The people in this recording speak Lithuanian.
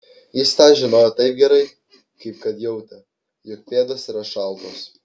jis tą žinojo taip gerai kaip kad jautė jog pėdos yra šaltos